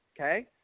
okay